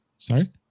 Sorry